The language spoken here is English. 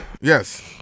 Yes